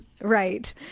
Right